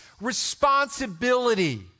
responsibility